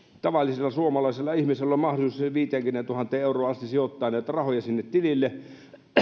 tavallisella suomalaisella ihmisellä on mahdollisuus siihen viiteenkymmeneentuhanteen euroon asti sijoittaa näitä rahoja sinne tilille